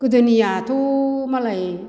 गोदोनियाथ' मालाय